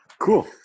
Cool